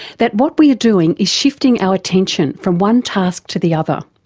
that what we are doing is shifting our attention from one task to the other.